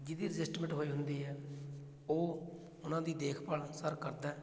ਜਿਹਦੀ ਅਜੈਸਟਮੈਂਟ ਹੋਈ ਹੁੰਦੀ ਹੈ ਉਹ ਉਹਨਾਂ ਦੀ ਦੇਖਭਾਲ ਸਰ ਕਰਦਾ